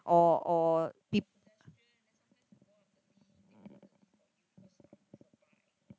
or or peop~